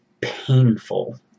painful